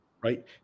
Right